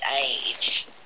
age